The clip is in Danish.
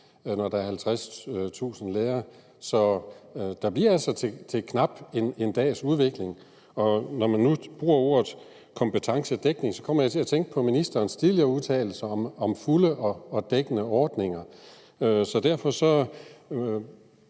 Når der er 50.000 lærere, bliver det altså til knap 1 dags udvikling. Når man nu bruger ordet kompetencedækning, kommer jeg til at tænke på ministerens tidligere udtalelser om fulde og dækkende ordninger. Så derfor må